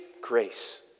grace